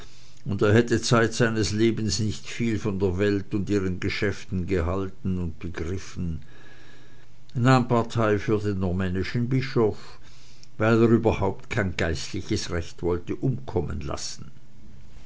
und er hätte zeit seines lebens nicht viel von der welt und ihren geschäften gehalten und begriffen nahm partei für den normännischen bischof weil er überhaupt kein geistliches recht wollte umkommen lassen